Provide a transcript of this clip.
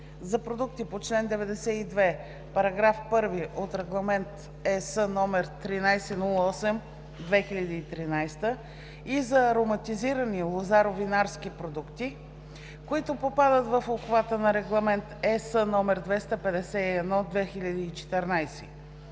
за продукти по чл. 92, § 1 от Регламент (ЕС) № 1308/2013 и за ароматизирани лозаро-винарски продукти, които попадат в обхвата на Регламент (ЕС) № 251/2014,